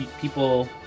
people